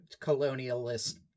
colonialist